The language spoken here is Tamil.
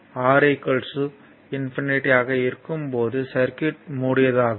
R ஆக இருக்கும் போது சர்க்யூட் மூடியதாகும்